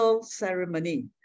ceremony